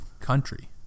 country